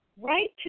right